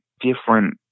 different